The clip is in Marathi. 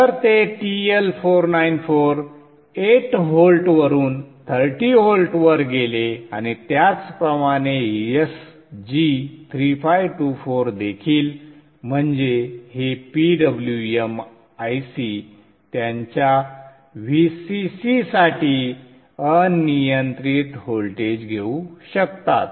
जर ते TL 494 8 व्होल्टवरून 30 व्होल्टवर गेले आणि त्याचप्रमाणे SG 3524 देखील म्हणजे हे PWM IC त्यांच्या Vcc साठी अनियंत्रित व्होल्टेज घेऊ शकतात